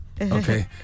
Okay